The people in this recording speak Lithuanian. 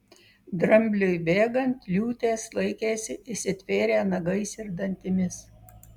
drambliui bėgant liūtės laikėsi įsitvėrę nagais ir dantimis